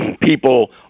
people